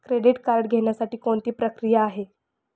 Credit card घेण्यासाठी कोणती प्रक्रिया आहे?